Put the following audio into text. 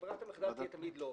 ברירת המחדל תהיה תמיד לא.